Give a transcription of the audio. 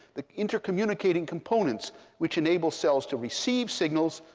the inter-communicating components which enables cells to receive signals,